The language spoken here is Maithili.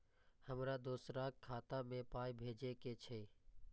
हमरा दोसराक खाता मे पाय भेजे के छै?